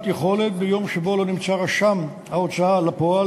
יכולת ביום שבו לא נמצא רשם ההוצאה לפועל,